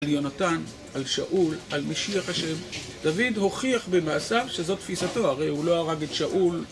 על יונתן, על שאול, על משיח השם, דוד הוכיח במעשיו שזאת תפיסתו, הרי הוא לא הרג את שאול.